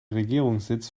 regierungssitz